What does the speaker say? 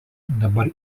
dabar